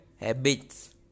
habits